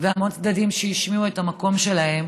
והמון צדדים שהשמיעו את המקום שלהם,